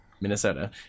Minnesota